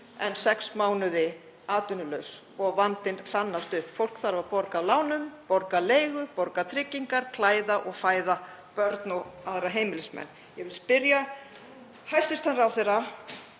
en sex mánuði atvinnulausar og vandamálin hrannast upp. Fólk þarf að borga af lánum, borga leigu, borga tryggingar, klæða og fæða börn og aðra heimilismenn. Ég vil spyrja hæstv. ráðherra